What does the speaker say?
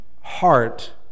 heart